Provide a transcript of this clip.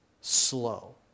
slow